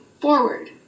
forward